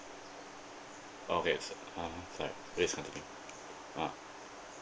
okay so uh sorry please continue uh